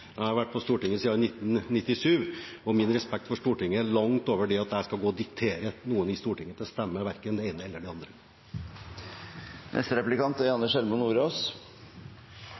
Jeg har vært på Stortinget siden 1997, og min respekt for Stortinget er langt større enn at jeg skal diktere noen i Stortinget til å stemme det ene eller det andre. Jeg registrerte at statsråden var opptatt av sikkerheten til fisken. Det er